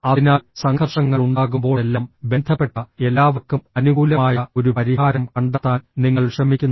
അതിനാൽ സംഘർഷങ്ങൾ ഉണ്ടാകുമ്പോഴെല്ലാം ബന്ധപ്പെട്ട എല്ലാവർക്കും അനുകൂലമായ ഒരു പരിഹാരം കണ്ടെത്താൻ നിങ്ങൾ ശ്രമിക്കുന്നു